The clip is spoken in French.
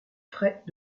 frais